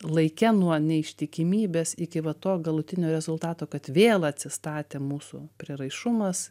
laike nuo neištikimybės iki va to galutinio rezultato kad vėl atsistatė mūsų prieraišumas